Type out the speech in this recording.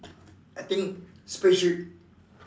I think spaceship